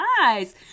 Nice